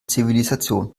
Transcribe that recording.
zivilisation